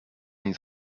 nie